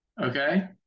okay